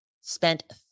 spent